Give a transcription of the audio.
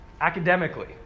Academically